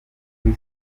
kuri